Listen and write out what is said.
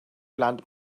blant